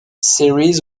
series